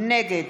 נגד